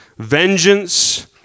Vengeance